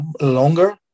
longer